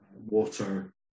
water